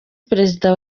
perezida